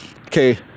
Okay